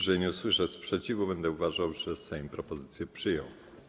Jeżeli nie usłyszę sprzeciwu, będę uważał, że Sejm propozycję przyjął.